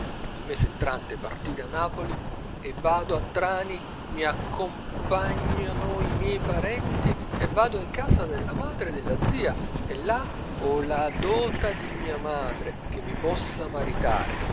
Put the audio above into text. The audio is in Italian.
ucidere il mese entrante parti da napoli e vado a trani mi accompagnano i mie parenti e vado in casa della madre della zia e là o la dota di mia madre che mi possa maritare